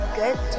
good